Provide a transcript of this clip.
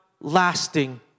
lasting